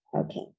Okay